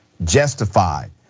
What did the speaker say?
justified